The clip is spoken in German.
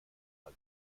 man